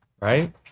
right